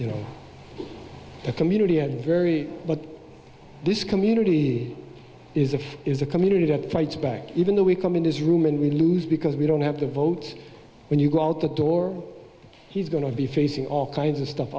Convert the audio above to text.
you know the community is very what this community is a is a community that fights back even though we come in his room and we lose because we don't have the vote when you go out the door he's going to be facing all kinds of stuff